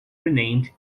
renamed